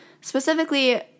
specifically